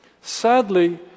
Sadly